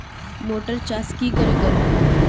Motor चास की करे करूम?